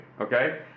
Okay